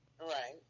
right